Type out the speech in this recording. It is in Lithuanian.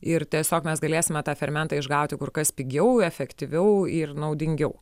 ir tiesiog mes galėsime tą fermentą išgauti kur kas pigiau efektyviau ir naudingiau